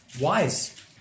wise